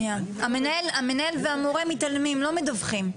המנהל והמורה מתעלמים, לא מדווחים.